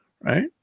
right